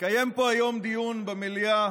התקיים פה היום דיון במליאה